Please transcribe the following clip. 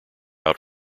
out